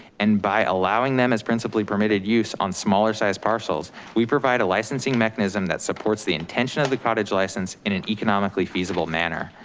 and by allowing them as principally permitted use on smaller size parcels, we provide a licensing mechanism that supports the intention of the cottage license in an economically feasible manner.